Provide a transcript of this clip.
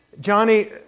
Johnny